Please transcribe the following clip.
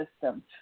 system